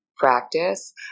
practice